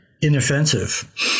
inoffensive